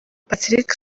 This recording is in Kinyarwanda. patrick